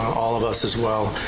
all of us as well,